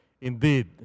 Indeed